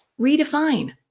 redefine